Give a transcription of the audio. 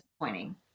disappointing